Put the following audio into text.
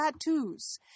tattoos